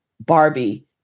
Barbie